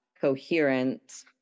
coherent